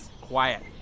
Quiet